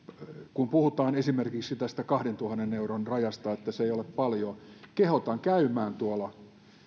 kun puhutaan esimerkiksi tästä kahdentuhannen euron rajasta että se ei ole paljon niin kehotan käymään tuolla